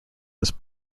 was